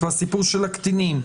והסיפור של הקטינים,